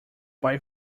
buy